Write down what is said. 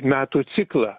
metų ciklą